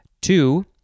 Two